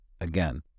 again